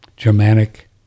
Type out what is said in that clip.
Germanic